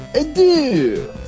Adieu